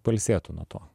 pailsėtų nuo to